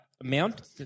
amount